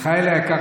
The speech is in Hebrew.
מיכאל היקר,